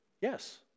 Yes